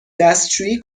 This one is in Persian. دستشویی